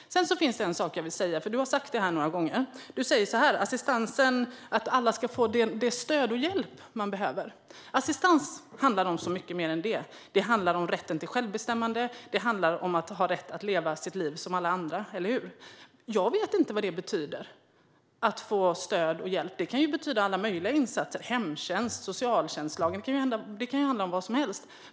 Angående assistansen har du flera gånger sagt att alla ska få det stöd och den hjälp som de behöver. Men assistans handlar om så mycket mer än det. Assistans handlar om rätten till självbestämmande och om att ha rätt att leva sitt liv som alla andra. Jag vet inte vad det betyder att få stöd och hjälp. Det kan betyda alla möjliga insatser. Det kan handla om hemtjänst, om socialtjänstlagen eller om vad som helst.